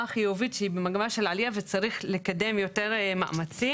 חיובית שהיא במגמה של עלייה וצריך לקדם יותר מאמצים.